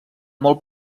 molt